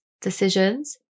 decisions